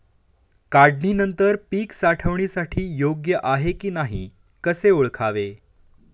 काढणी नंतर पीक साठवणीसाठी योग्य आहे की नाही कसे ओळखावे?